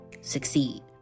succeed